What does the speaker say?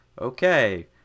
okay